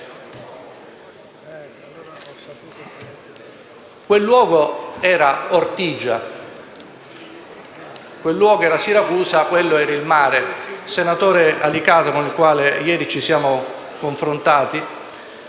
Quel luogo era Ortigia, quel luogo era Siracusa, quello era il mare. Il senatore Alicata, con il quale ieri ci siamo confrontati,